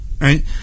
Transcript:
Right